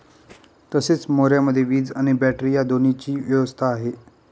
तसेच मोऱ्यामध्ये वीज आणि बॅटरी या दोन्हीची व्यवस्था आहे